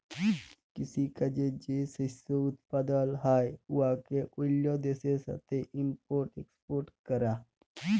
কিসি কাজে যে শস্য উৎপাদল হ্যয় উয়াকে অল্য দ্যাশের সাথে ইম্পর্ট এক্সপর্ট ক্যরা